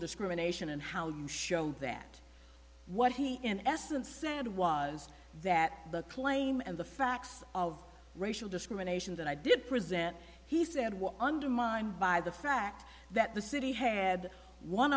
discrimination and how you show that what he in essence said was that the claim and the facts of racial discrimination that i did present he said was undermined by the fact that the city had one